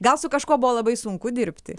gal su kažkuo buvo labai sunku dirbti